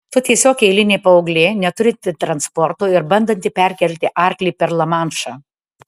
tu tiesiog eilinė paauglė neturinti transporto ir bandanti perkelti arklį per lamanšą